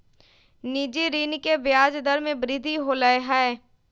निजी ऋण के ब्याज दर में वृद्धि होलय है